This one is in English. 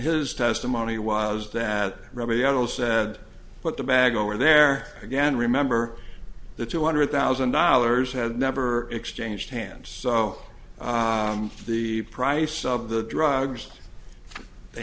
his testimony was that robert udell said put the bag over there again remember the two hundred thousand dollars had never exchanged hands so the price of the drugs they